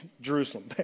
Jerusalem